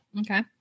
Okay